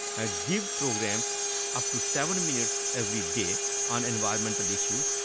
ah give programs up to seven minutes every day on environmental issues,